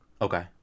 Okay